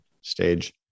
stage